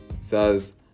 says